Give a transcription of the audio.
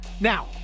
Now